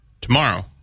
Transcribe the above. tomorrow